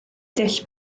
dull